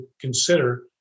consider